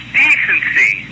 decency